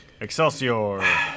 Excelsior